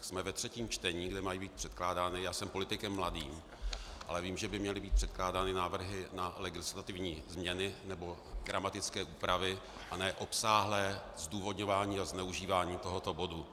Jsme ve třetím čtení, kde mají být předkládány, já jsem politikem mladým, ale vím, že by měly být předkládány návrhy na legislativní změny nebo gramatické úpravy, a ne obsáhlé zdůvodňování a zneužívání tohoto bodu.